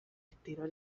estilo